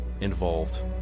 involved